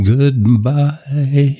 Goodbye